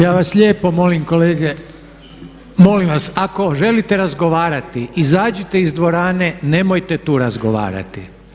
Ja vas lijepo molim kolege, molim vas ako želite razgovarati izađite iz dvorane nemojte tu razgovarati.